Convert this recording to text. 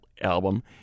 album